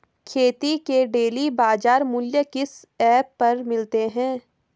खेती के डेली बाज़ार मूल्य किस ऐप पर मिलते हैं?